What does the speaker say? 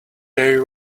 they